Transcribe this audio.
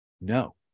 No